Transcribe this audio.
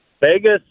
Vegas